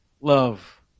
love